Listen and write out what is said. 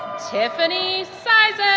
tiffany so